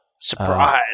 surprise